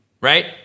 Right